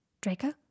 Draco